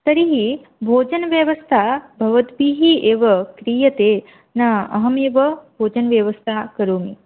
तर्हि भोजनव्यवस्था भवद्भिः एव क्रियते न अहमेव भोजनव्यवस्थां करोमि